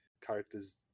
characters